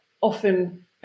often